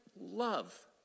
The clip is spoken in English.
love